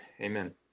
Amen